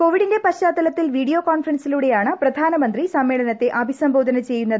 കോവിഡിന്റെ പശ്ചാത്തലത്തിൽ വീഡിയോ കോൺഫറൻസിലൂടെയാണ് പ്രധാനമന്തി സമ്മേളനത്തെ അഭിസംബോധന ചെയ്യുന്നത്